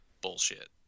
bullshit